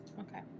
Okay